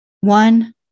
One